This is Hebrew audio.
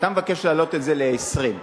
ואתה מבקש להעלות את זה ל-20%.